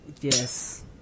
Yes